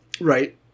Right